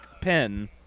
pen